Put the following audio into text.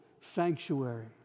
sanctuary